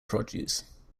produce